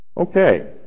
Okay